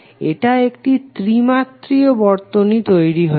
এটা একটা ত্রিমাত্রিয় বর্তনী হয়ে গেছে